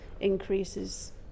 increases